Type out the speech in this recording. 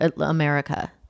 America